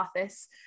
office